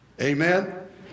Amen